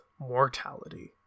mortality